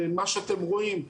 ומה שאתם רואים,